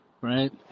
right